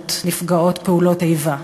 נחשבות נפגעות פעולות איבה.